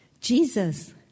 Jesus